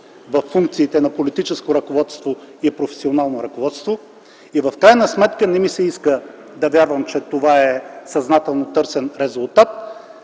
във функциите на политическо и професионално ръководство. В крайна сметка не ми се иска да вярвам, че това е съзнателно търсен резултат.